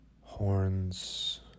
horns